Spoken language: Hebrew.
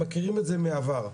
מכירים את זה מהעבר.